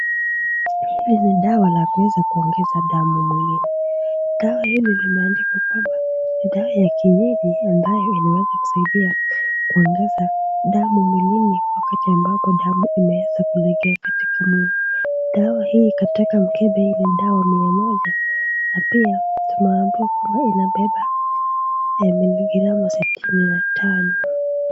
Hili ni dawa la kuweza kuongeza damu mwilini. Dawa hili limeandikwa kwamba ni dawa ya kienyeji ambayo imeweza kusaidia kuongeza damu mwilini wakati ambapo dawa imeweza kulegea katika mwili. Dawa hii katika mkebe ni dawa mia moja na pia tumeambiwa kwamba inabeba miligramu sitini na tano.